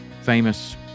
famous